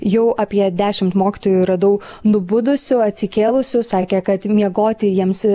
jau apie dešimt mokytojų radau nubudusių atsikėlusių sakė kad miegoti jiems